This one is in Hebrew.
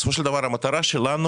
בסופו של דבר המטרה שלנו,